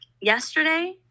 yesterday